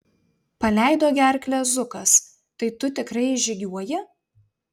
paleido gerklę zukas tai tu tikrai išžygiuoji